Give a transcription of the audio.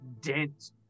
dent